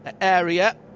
area